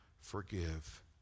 forgive